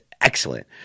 excellent